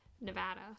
Nevada